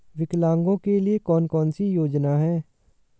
विकलांगों के लिए कौन कौनसी योजना है?